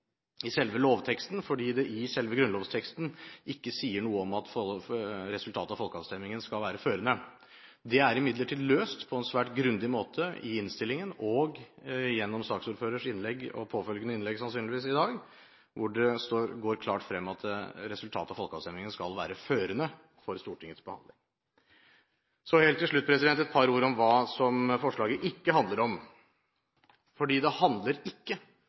i selve lovteksten, fordi selve grunnlovsteksten ikke sier noe at om resultatet av folkeavstemningen skal være førende. Dette er imidlertid løst på en svært grundig måte i innstillingen og gjennom saksordførerens innlegg – og sannsynligvis gjennom påfølgende innlegg i dag – hvor det går klart frem at resultatet av folkeavstemningen skal være førende for Stortingets behandling. Så helt til slutt et par ord om hva forslaget ikke handler om. Det handler ikke